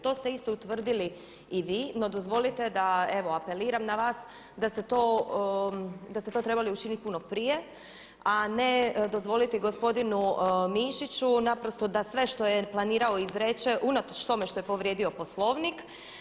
To ste isto utvrdili i vi no dozvolite da evo apeliram na vas da ste to trebali učiniti puno prije, a ne dozvoliti gospodinu Mišiću naprosto da sve što je planirao izreče unatoč tome što je povrijedio Poslovnik.